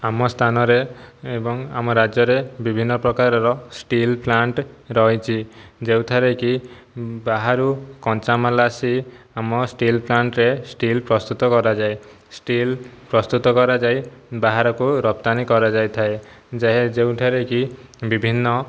ଆମ ସ୍ଥାନରେ ଏବଂ ଆମ ରାଜ୍ୟରେ ବିଭିନ୍ନ ପ୍ରକାର ର ଷ୍ଟିଲ୍ ପ୍ଳାଣ୍ଟ ରହିଛି ଯେଉଁଠାରେ କି ବାହାରୁ କଞ୍ଚାମାଲ ଆସି ଆମ ଷ୍ଟିଲ୍ ପ୍ଳାଣ୍ଟରେ ଷ୍ଟିଲ୍ ପ୍ରସ୍ତୁତ କରାଯାଏ ଷ୍ଟିଲ୍ ପ୍ରସ୍ତୁତ କରାଯାଇ ବାହାରକୁ ରପ୍ତାନି କରାଯାଇଥାଏ ଯେଉଁଠାରେ କି ବିଭିନ୍ନ